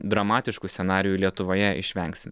dramatiškų scenarijų lietuvoje išvengsime